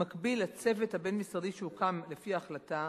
במקביל, הצוות הבין-משרדי שהוקם לפי ההחלטה,